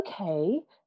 okay